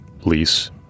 lease